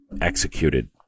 executed